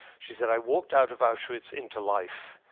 she said, i walked out of auschwitz into life